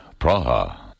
Praha